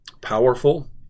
powerful